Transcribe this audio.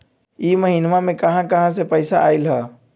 इह महिनमा मे कहा कहा से पैसा आईल ह?